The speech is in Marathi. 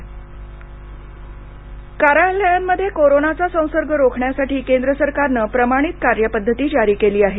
नवे आरोग्य नियम कार्यालयांमध्ये कोरोनाचा संसर्ग रोखण्यासाठी केंद्र सरकारनं प्रमाणित कार्यपद्धती जारी केली आहे